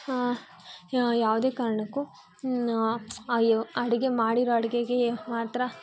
ಯಾವುದೇ ಕಾರಣಕ್ಕೂ ಅಯೋ ಅಡಿಗೆ ಮಾಡಿರೋ ಅಡಿಗೆಗೆ ಮಾತ್ರ